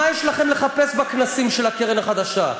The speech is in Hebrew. מה יש לכם לחפש בכנסים של הקרן החדשה?